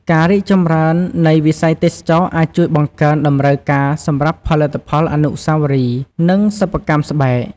ការរីកចម្រើននៃវិស័យទេសចរណ៍អាចជួយបង្កើនតម្រូវការសម្រាប់ផលិតផលអនុស្សាវរីយ៍ និងសិប្បកម្មស្បែក។